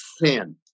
sin